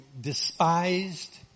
despised